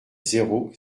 zéro